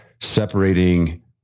separating